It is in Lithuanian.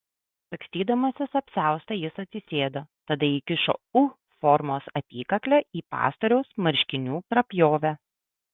sagstydamasis apsiaustą jis atsisėdo tada įkišo u formos apykaklę į pastoriaus marškinių prapjovę